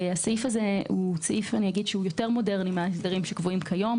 הסעיף הזה יותר מודרני מההסדרים שקבועים כיום,